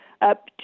up